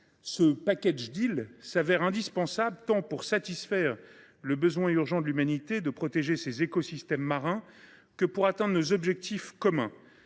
Ce se révèle indispensable, tant pour satisfaire le besoin urgent de l’humanité de protéger ses écosystèmes marins que pour atteindre nos objectifs communs.